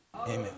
Amen